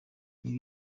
ibi